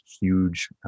huge